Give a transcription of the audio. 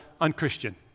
Unchristian